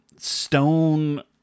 Stone